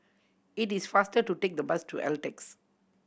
it is faster to take the bus to Altez